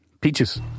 Peaches